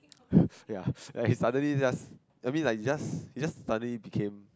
ya like he suddenly just I mean like he just he just suddenly became